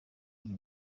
iyi